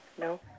No